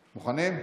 עודה,